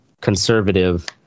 conservative